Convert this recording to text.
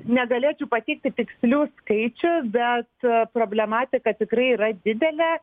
negalėčiau pateikti tikslių skaičių bet problematika tikrai yra didelė